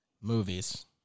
movies